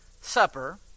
supper